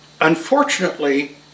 unfortunately